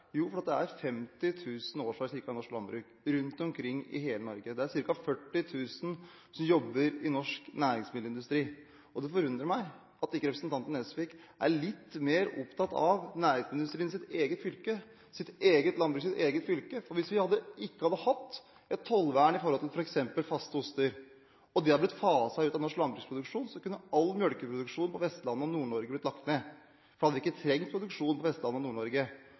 Jo, fordi det er ca. 50 000 årsverk i norsk landbruk rundt omkring i hele Norge. Det er ca. 40 000 som jobber i norsk næringsmiddelindustri. Det forundrer meg at ikke representanten Nesvik er litt mer opptatt av næringsmiddelindustrien i sitt eget fylke og landbruket i sitt eget fylke. Hvis vi ikke hadde hatt et tollvern for f.eks. faste oster, og det hadde blitt faset ut av norsk landbruksproduksjon, kunne all melkeproduksjon på Vestlandet og i Nord-Norge blitt lagt ned, for da hadde vi ikke trengt produksjon på Vestlandet og